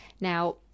Now